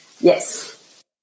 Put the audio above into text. Yes